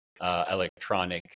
electronic